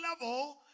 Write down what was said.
level